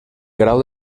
grau